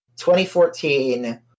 2014